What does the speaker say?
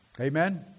Amen